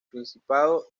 principado